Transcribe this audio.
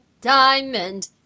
diamond